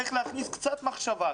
צריך להכניס קצת מחשבה,